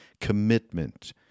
commitment